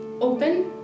open